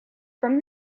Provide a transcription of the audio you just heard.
from